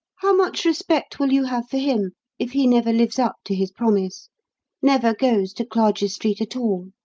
how much respect will you have him if he never lives up to his promise never goes to clarges street at all?